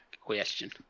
Question